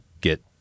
get